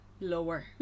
Lower